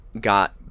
got